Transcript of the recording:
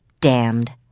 damned